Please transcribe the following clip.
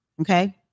Okay